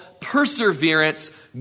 perseverance